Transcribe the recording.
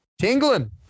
Tingling